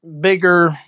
bigger